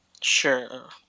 sure